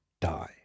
die